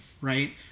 right